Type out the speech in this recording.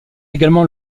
également